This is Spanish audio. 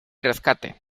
rescate